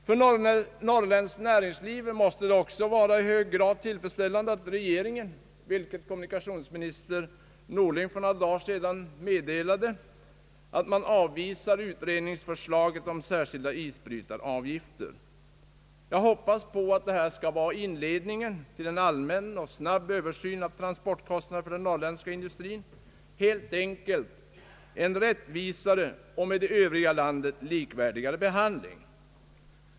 För norrländskt näringsliv måste det också vara i hög grad tillfredsställande att regeringen, vilket kommunikationsminister Norling för några dagar sedan meddelade, avvisat utredningsförslaget om särskilda isbrytaravgifter. Jag hoppas att detta skall vara inledningen till en allmän och snabb översyn av transportkostnaderna för den norrländska industrin — helt enkelt en rättvisare och med det övriga landet mer likvärdig behandling.